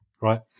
right